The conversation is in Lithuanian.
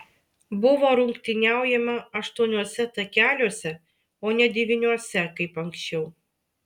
buvo rungtyniaujama aštuoniuose takeliuose o ne devyniuose kaip anksčiau